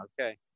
Okay